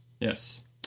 Yes